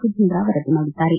ಸುಧೀಂದ್ರ ವರದಿ ಮಾಡಿದ್ದಾರೆ